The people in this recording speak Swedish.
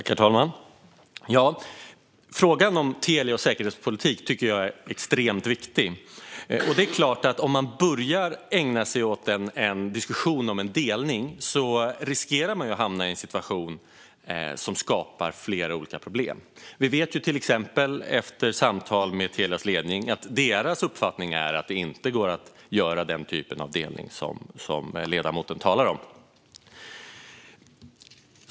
Herr talman! Frågan om Telia och säkerhetspolitik tycker jag är extremt viktig. Det är klart att om man börjar diskutera en delning riskerar man att hamna i en situation som skapar flera olika problem. Vi vet till exempel efter samtal med Telias ledning att deras uppfattning är att det inte går att göra den typen av delning som ledamoten talar om.